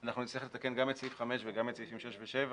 אנחנו נצטרך לתקן גם את סעיף 5 וגם את סעיפים 6 ו-7,